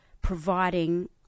providing